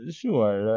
sure